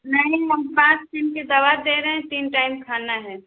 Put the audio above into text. नहीं हम पाँच दिन की दवा दे रहें तीन टाइम खाना है